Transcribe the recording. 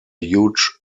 huge